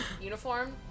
uniform